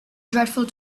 dreadful